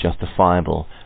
justifiable